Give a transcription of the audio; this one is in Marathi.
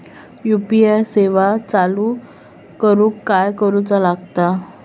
यू.पी.आय सेवा चालू करूक काय करूचा लागता?